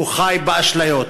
חי באשליות.